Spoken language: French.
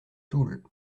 toul